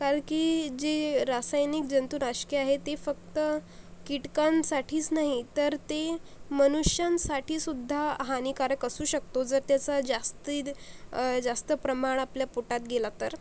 कारण की जी रासायनिक जंतुनाशके आहेत ते फक्त कीटकांसाठीच नाही तर ते मनुष्यांसाठीसुद्धा हानिकारक असू शकतो जर त्याचा जास्ती जास्त प्रमाण आपल्या पोटात गेला तर